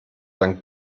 dann